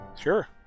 Sure